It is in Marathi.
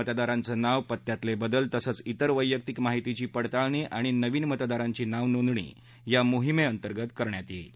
मतदारांच्या नाव पत्यातले बदल तसंच त्रेर वैयक्तिक माहितीची पडताळणी आणि नवीन मतदारांची नाव नोंदणी या मोहिमेअंतर्गत करण्यात येत आहे